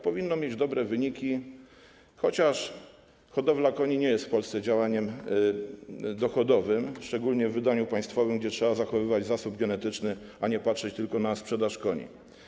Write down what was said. Powinno mieć dobre wyniki, chociaż hodowla koni nie jest w Polsce działaniem dochodowym, szczególnie w wydaniu państwowym, gdzie trzeba zachowywać zasób genetyczny, a nie patrzeć tylko na sprzedaż koni.